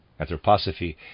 Anthroposophy